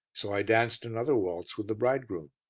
so i danced another waltz with the bridegroom.